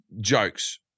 jokes